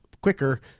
quicker